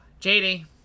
jd